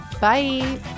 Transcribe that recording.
Bye